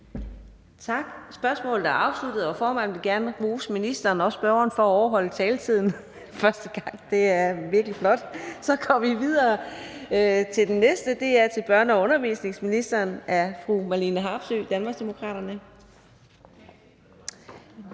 Tak. Spørgsmålet er afsluttet. Og formanden vil gerne rose ministeren og spørgeren for at overholde taletiden. Det er virkelig flot. Så går vi videre til det næste spørgsmål, som er til børne- og undervisningsministeren af fru Marlene Harpsøe, Danmarksdemokraterne.